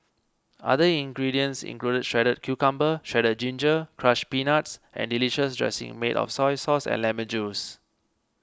other ingredients include shredded cucumber shredded ginger crushed peanuts and delicious dressing made of soy sauce and lemon juice